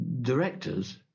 directors